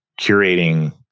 curating